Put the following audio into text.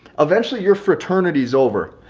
eventually your fraternities over.